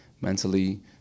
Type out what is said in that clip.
mentally